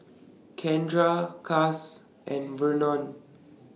Kendra Cass and Vernon